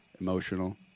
emotional